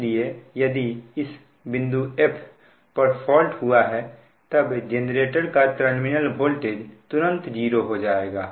इसलिए यदि इस बिंदु F पर फॉल्ट हुआ है तब जेनरेटर का टर्मिनल वोल्टेज तुरंत 0 हो जाएगा